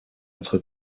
entre